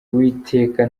uwiteka